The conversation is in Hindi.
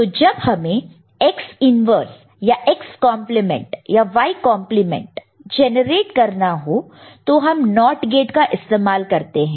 तो जब हमें X इन्वर्स या X कंप्लीमेंट या Y कंप्लीमेंट जनरेट करना हो तो हम NOT गेट का इस्तेमाल कर सकते हैं